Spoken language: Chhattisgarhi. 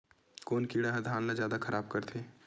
कोन कीड़ा ह धान ल जादा खराब करथे?